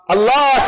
Allah